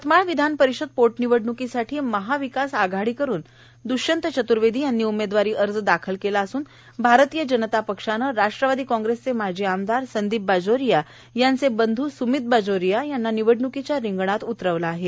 यवतमाळ विधानपरिषद पोट निवडणुकीसाठी महाविकास आघाडीकडून दुष्यंत चतुर्वेदी यांनी उमेदवारी अर्ज दाखल केला असून भाजपाने राष्ट्रवादी काँग्रेसचे माजी आमदार संदीप बाजोरिया यांचे बंधू सुमित बाजोरिया यांना निवडणुकीच्या रिंगणात उतरवले आहे